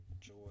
joy